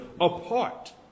apart